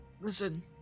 listen